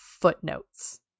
footnotes